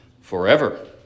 forever